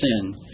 sin